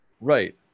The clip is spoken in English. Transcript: right